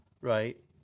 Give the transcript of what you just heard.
right